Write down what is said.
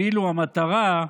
ואילו המטרה,